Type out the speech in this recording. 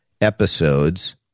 episodes